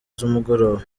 z’umugoroba